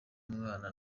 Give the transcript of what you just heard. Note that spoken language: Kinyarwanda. mwana